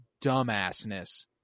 dumbassness